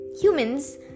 Humans